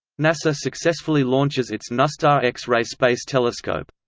nasa successfully launches its nustar x-ray space telescope.